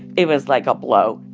it was like a blow.